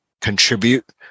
contribute